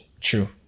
True